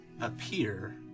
appear